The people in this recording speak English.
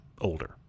older